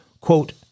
quote